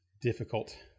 difficult